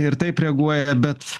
ir taip reaguoja bet